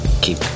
Keep